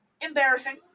Embarrassing